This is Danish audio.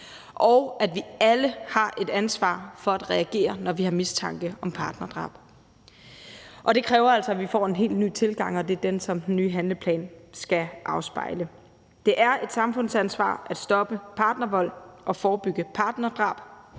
og at vi alle har et ansvar for at reagere, når vi har mistanke om partnervold. Og det kræver altså, at vi får en helt ny tilgang, og det er den, som den nye handleplan skal afspejle. Det er et samfundsansvar at stoppe partnervold og forebygge partnerdrab.